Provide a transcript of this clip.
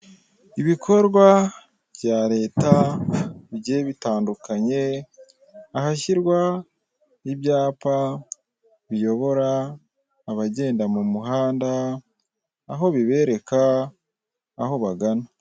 Ibikorwa bya leta bigiye bitandukanye, ahashyirwa ibyapa biyobora abagenda mu muhanda, aho bibereka aho bagana.